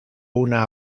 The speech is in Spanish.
una